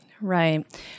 Right